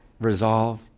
resolve